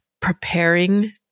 preparing